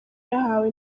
yahawe